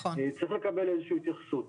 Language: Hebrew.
צריך לקבל איזו שהיא התייחסות.